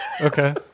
Okay